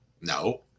No